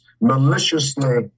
maliciously